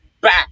back